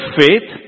faith